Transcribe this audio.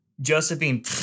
Josephine